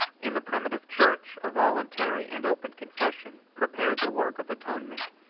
in the primitive church, a voluntary and open confession prepared the work of atonement.